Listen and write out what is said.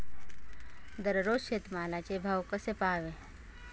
दररोज शेतमालाचे भाव कसे पहावे?